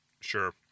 Sure